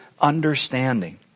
understanding